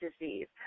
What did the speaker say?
disease